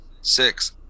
six